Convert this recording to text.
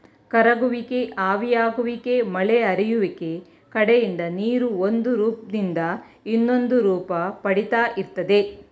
ಕರಗುವಿಕೆ ಆವಿಯಾಗುವಿಕೆ ಮಳೆ ಹರಿಯುವಿಕೆ ಕಡೆಯಿಂದ ನೀರು ಒಂದುರೂಪ್ದಿಂದ ಇನ್ನೊಂದುರೂಪ ಪಡಿತಾ ಇರ್ತದೆ